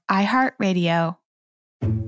iHeartRadio